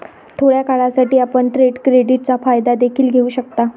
थोड्या काळासाठी, आपण ट्रेड क्रेडिटचा फायदा देखील घेऊ शकता